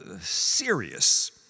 serious